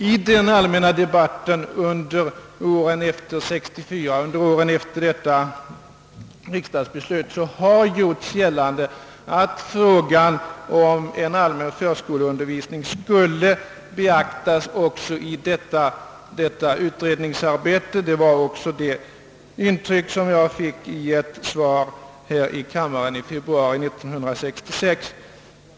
I den allmänna debatten under åren efter detta riksdagsbeslut har gjorts gällande att frågan om en allmän förskoleundervisning skulle beaktas också i detta utredningsarbete. Det var också det intryck som jag fick i ett svar här i kammaren i februari 1966.